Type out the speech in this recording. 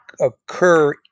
occur